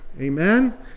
amen